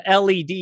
LED